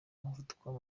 umuvuduko